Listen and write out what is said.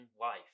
life